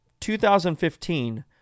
2015